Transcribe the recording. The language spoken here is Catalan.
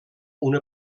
una